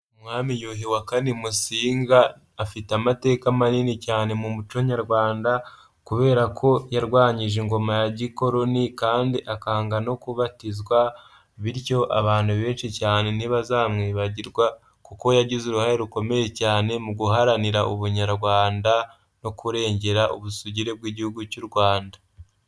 Umwami Yuhi IV Musinga afite amateka manini cyane mu muco nyarwanda kubera ko yarwanyije ingoma ya gikoloni kandi akanga no kubatizwa bityo abantu benshi cyane ntibazamwibagirwa kuko yagize uruhare rukomeye cyane mu guharanira ubunyarwanda no kurengera ubusugire bw'igihugu cy'u Rwanda.